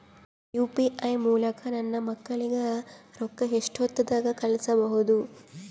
UPI ಮೂಲಕ ನನ್ನ ಮಕ್ಕಳಿಗ ರೊಕ್ಕ ಎಷ್ಟ ಹೊತ್ತದಾಗ ಕಳಸಬಹುದು?